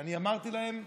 אני אמרתי להם: